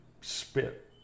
spit